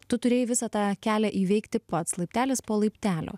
tu turėjai visą tą kelią įveikti pats laiptelis po laiptelio